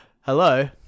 hello